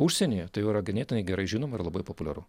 užsienyje tai jau yra ganėtinai gerai žinoma ir labai populiaru